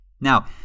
Now